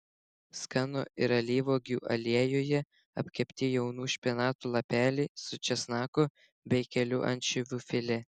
skanu ir alyvuogių aliejuje apkepti jaunų špinatų lapeliai su česnaku bei kelių ančiuvių filė